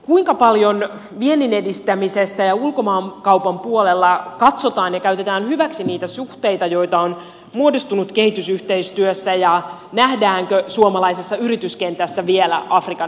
kuinka paljon viennin edistämisessä ja ulkomaankaupan puolella katsotaan ja käytetään hyväksi niitä suhteita joita on muodostunut kehitysyhteistyössä ja nähdäänkö suomalaisessa yrityskentässä vielä afrikan mahdollisuudet